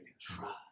Trust